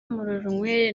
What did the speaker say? murorunkwere